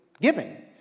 giving